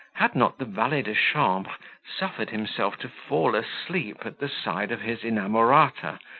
had not the valet-de-chambre suffered himself to fall asleep at the side of his inamorata,